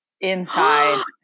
inside